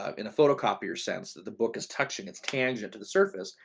um in a photocopier sense that the book is touching, it's tangent to the surface.